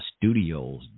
studios